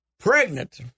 Pregnant